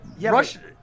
Russia